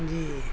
جی